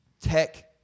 tech